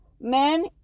Men